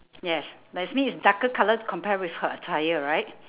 yes like it's mean it's darker colour to compare with her attire right